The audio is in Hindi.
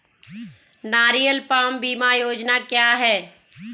नारियल पाम बीमा योजना क्या है?